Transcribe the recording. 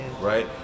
right